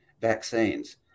vaccines